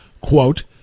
Quote